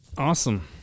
Awesome